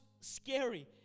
scary